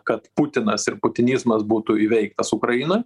kad putinas ir putinizmas būtų įveiktas ukrainoj